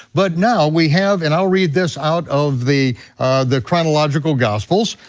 but now we have, and i'll read this out of the the chronological gospels,